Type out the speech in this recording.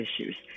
issues